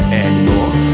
anymore